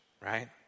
right